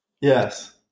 Yes